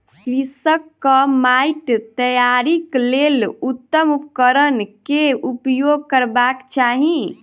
कृषकक माइट तैयारीक लेल उत्तम उपकरण केउपयोग करबाक चाही